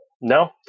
No